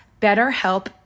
BetterHelp